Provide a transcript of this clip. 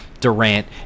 Durant